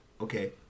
okay